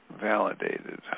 validated